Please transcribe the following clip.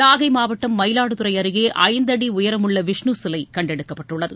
நாகை மாவட்டம் மயிலாடுதுறை அருகே ஐந்தடி உயரமுள்ள விஷ்ணு சிலை கண்டெடுக்கப்பட்டுள்ளது